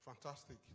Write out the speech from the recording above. Fantastic